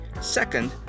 Second